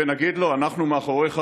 ונגיד לו: אנחנו מאחוריך,